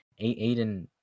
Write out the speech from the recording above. Aiden